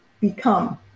become